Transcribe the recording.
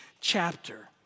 chapter